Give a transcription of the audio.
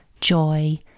joy